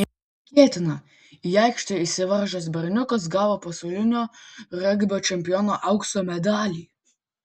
neįtikėtina į aikštę įsiveržęs berniukas gavo pasaulio regbio čempiono aukso medalį